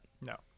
No